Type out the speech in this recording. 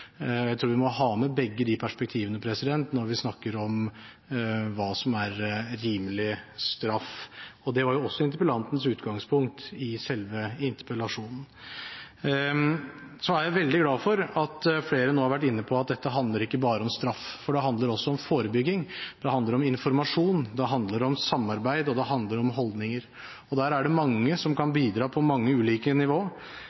Jeg tror vi må ha med begge de perspektivene når vi snakker om hva som er rimelig straff. Det var også interpellantens utgangspunkt i selve interpellasjonen. Så er jeg veldig glad for at flere nå har vært inne på at dette ikke bare handler om straff; det handler også om forebygging, om informasjon, om samarbeid og om holdninger. Der er det mange som kan